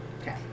Okay